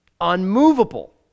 unmovable